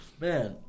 Man